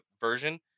Version